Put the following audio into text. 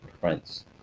friends